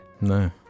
No